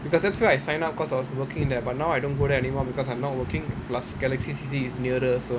because that's where I signed up because I was working there but now I don't go there anymore because I'm not working plus galaxy C_C is nearer also